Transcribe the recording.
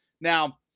Now